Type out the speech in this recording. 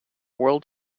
world